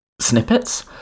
snippets